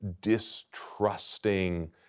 distrusting